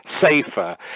safer